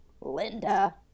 Linda